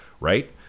right